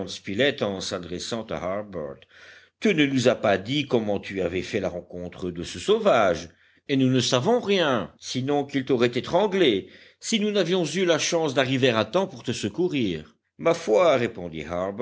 spilett en s'adressant à harbert tu ne nous as pas dit comment tu avais fait la rencontre de ce sauvage et nous ne savons rien sinon qu'il t'aurait étranglé si nous n'avions eu la chance d'arriver à temps pour te secourir ma foi répondit